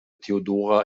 theodora